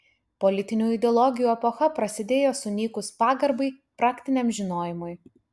politinių ideologijų epocha prasidėjo sunykus pagarbai praktiniam žinojimui